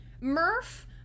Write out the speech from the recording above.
Murph